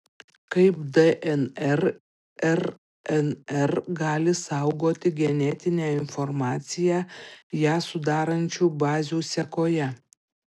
kaip dnr rnr gali saugoti genetinę informaciją ją sudarančių bazių sekoje